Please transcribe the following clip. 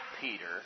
Peter